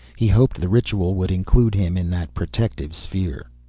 he hoped the ritual would include him in that protective sphere.